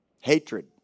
Hatred